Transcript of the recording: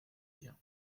bien